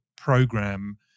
program